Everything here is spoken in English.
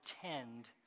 pretend